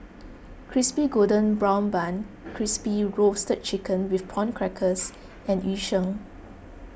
Crispy Golden Brown Bun Crispy Roasted Chicken with Prawn Crackers and Yu Sheng